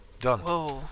done